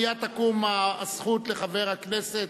מייד תקום הזכות לחבר הכנסת,